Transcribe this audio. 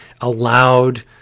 allowed